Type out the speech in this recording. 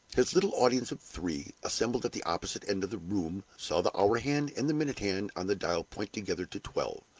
his little audience of three, assembled at the opposite end of the room, saw the hour-hand and the minute-hand on the dial point together to twelve.